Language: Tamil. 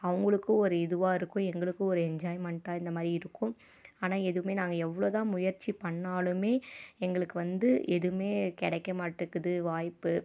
அவர்களுக்கும் ஒரு இதுவாக இருக்கும் எங்களுக்கும் ஒரு என்ஜாய்மெண்ட்டாக இந்த மாதிரி இருக்கும் ஆனால் எதுவுமே நாங்கள் எவ்வளோதான் முயற்சி பண்ணிணாலுமே எங்களுக்கு வந்து எதுவுமே கிடைக்க மாட்டேங்குது வாய்ப்பு